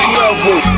level